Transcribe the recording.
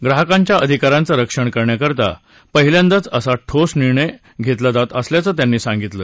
ग्राहकांच्या आधिकारांचं रक्षण करण्याकरता पहिल्यांदाच असा ठोस निर्णय घेतला जात असल्याचं त्यांनी सांगितलं